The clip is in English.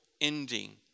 ending